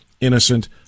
innocent